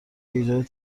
ایجاد